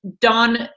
Don